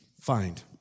find